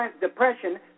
depression